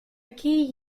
key